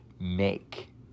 make